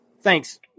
Thanks